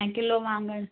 ऐं किलो वाङणु